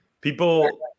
People